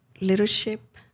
leadership